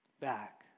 back